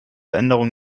änderung